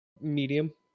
Medium